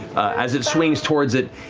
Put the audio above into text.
as it swings towards it,